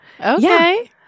Okay